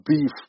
beef